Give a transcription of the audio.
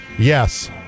Yes